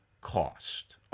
cost